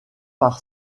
par